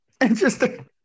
interesting